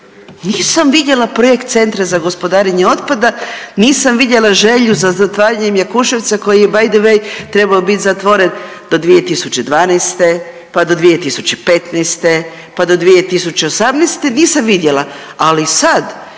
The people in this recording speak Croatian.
Nisam vidjela projekt centra za gospodarenje otpada, nisam vidjela želju za zatvaranjem Jakuševca koji je by the way trebao bit zatvoren do 2012., pa do 2015., pa do 2018. nisam vidjela, ali sad